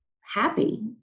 happy